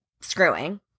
screwing